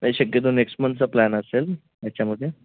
नाही शक्यतो नेक्स्ट मंथचा प्लॅन असेल याच्यामध्ये